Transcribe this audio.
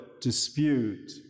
dispute